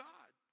God